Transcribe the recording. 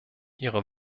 ihre